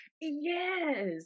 yes